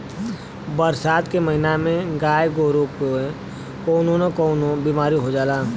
बरसात के महिना में गाय गोरु के कउनो न कउनो बिमारी हो जाला